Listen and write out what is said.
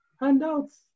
handouts